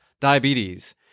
diabetes